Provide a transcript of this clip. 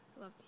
Love